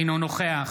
אינו נוכח